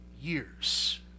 years